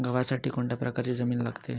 गव्हासाठी कोणत्या प्रकारची जमीन लागते?